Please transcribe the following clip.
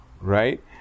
right